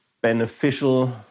beneficial